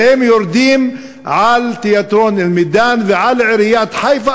והם יורדים על תיאטרון "אל-מידאן" ועל עיריית חיפה,